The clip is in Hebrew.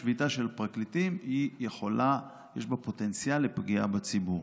שביתה של פרקליטים, יש בה פוטנציאל לפגיעה בציבור.